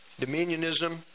dominionism